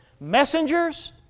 messengers